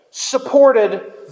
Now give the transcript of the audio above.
supported